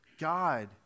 God